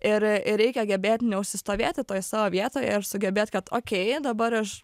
ir ir reikia gebėt neužsistovėti toj savo vietoje ir sugebėt kad okei dabar aš